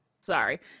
Sorry